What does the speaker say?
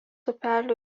upelio